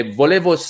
volevo